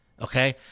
Okay